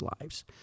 lives